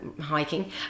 hiking